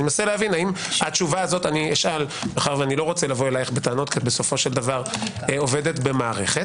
האם התשובה הזו מאחר שאיני רוצה לבוא אליך בטענות כי את עובדת במערכת